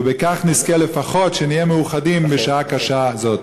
ובכך נזכה לפחות שנהיה מאוחדים בשעה קשה זאת.